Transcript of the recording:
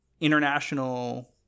international